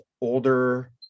older